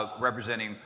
representing